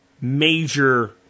major